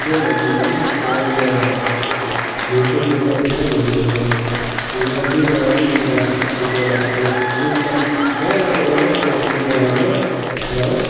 त्यो भन्ने झन् साह्रो जग्गा हो भिरको टुप्पा टुप्पा हिँड्नु पर्छ हामीलाई त्यो जग्गा म त पुगेर आएको एकदम जग्गा चाहिँ एउटा स्याटिस् जग्गा छ तर